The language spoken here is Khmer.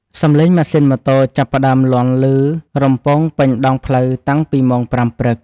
សំឡេងម៉ាស៊ីនម៉ូតូចាប់ផ្ដើមលាន់ឮរំពងពេញដងផ្លូវតាំងពីម៉ោង ៥ ព្រឹក។